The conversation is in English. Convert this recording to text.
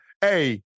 Hey